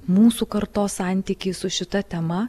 mūsų kartos santykį su šita tema